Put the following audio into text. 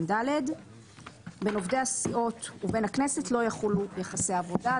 (ד); בין עובדי הסיעות ובין הכנסת לא יחולו יחסי עבודה.".